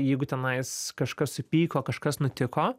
jeigu tenai kažkas supyko kažkas nutiko